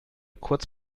kurz